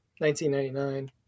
1999